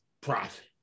profit